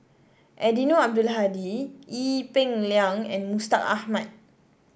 Eddino Abdul Hadi Ee Peng Liang and Mustaq Ahmad